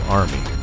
army